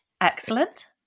Excellent